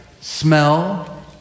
smell